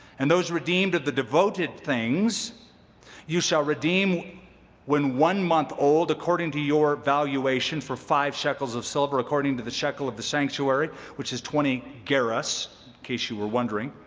and those redeemed of the devoted things you shall redeem when one month old, according to your valuation, for five shekels of silver, according to the shekel of the sanctuary, which is twenty gerahs in case you were wondering.